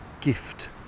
gift